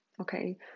okay